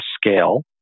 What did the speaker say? scale